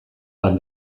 bat